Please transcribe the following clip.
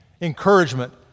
encouragement